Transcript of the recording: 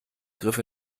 griff